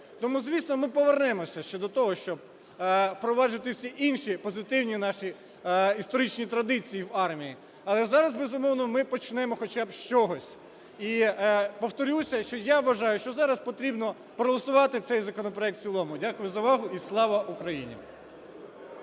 Тому, звісно, ми повернемося щодо того, щоб впроваджувати всі інші позитивні наші історичні традиції в армії. Але зараз, безумовно, ми почнемо хоча б з чогось. І повторюся, що я вважаю, що зараз потрібно проголосувати цей законопроект в цілому. Дякую за увагу. І слава Україні!